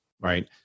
right